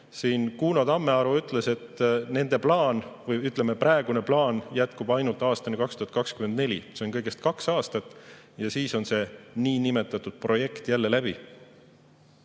Siin Kuno Tammearu ütles, et nende plaan, või ütleme, praegune plaan jätkub ainult aastani 2024. See on kõigest kaks aastat ja siis on see niinimetatud projekt jälle läbi.